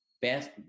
best